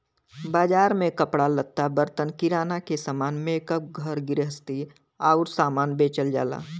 बाजार में कपड़ा लत्ता, बर्तन, किराना के सामान, मेकअप, घर गृहस्ती आउर सामान बेचल जाला